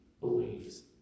believes